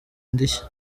indishyi